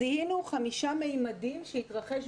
יש הרבה דאגות שצומחות בתוך המרחב הזה,